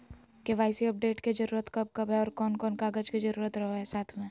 KYC update के जरूरत कब कब है और कौन कौन कागज के जरूरत रहो है साथ में?